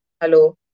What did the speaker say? Hello